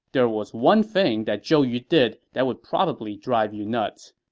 there was one thing that zhou yu did that would probably drive you nuts.